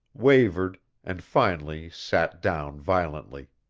wavered, and finally sat down violently.